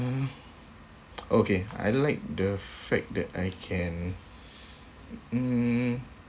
uh okay I like the fact that I can mm